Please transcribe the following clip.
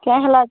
କାଣା ହେଲା